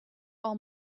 all